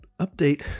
update